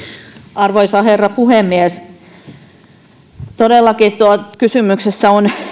arvoisa herra puhemies todellakin kysymyksessä on